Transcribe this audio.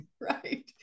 Right